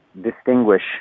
distinguish